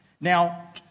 Now